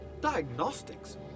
Diagnostics